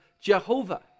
Jehovah